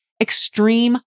extreme